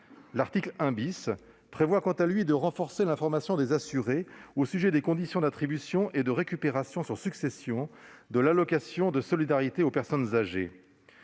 L'article 1 prévoit, quant à lui, de renforcer l'information des assurés au sujet des conditions d'attribution et de récupération sur succession de l'allocation de solidarité aux personnes âgées.